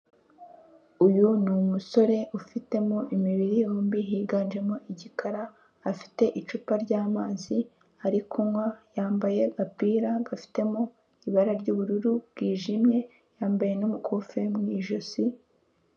Uyu ni umusore ufitemo imibiri yombi higanjemo igikara, afite icupa ry'amazi ari kunywa, yambaye agapira gafitemo ibara ry'ubururu bwijimye, yambaye n'umukufi mu ijosi.